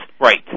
Right